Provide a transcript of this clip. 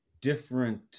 different